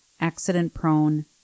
accident-prone